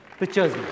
pictures